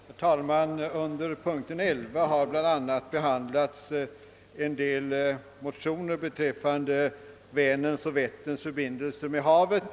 Herr talman! I statsutskottets utlåtande nr 9, punkten 11, behandlas bl.a. några motioner rörande Vänerns och Vätterns förbindelse med havet.